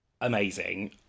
amazing